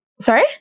Sorry